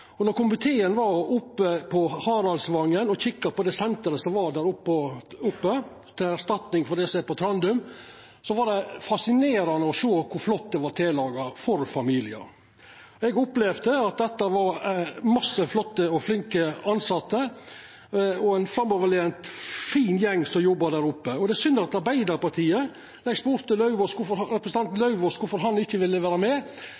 var oppe på Haraldvangen og kikka på senteret der som er til erstatning for det som er på Trandum, var det fascinerande å sjå kor flott det var tillaga for familiar. Eg opplevde at det var mange flotte og flinke tilsette, ein framoverlent, fin gjeng som jobbar der oppe. Eg spurte representanten Lauvås kvifor han ikkje ville vera med. Nei, Arbeidarpartiet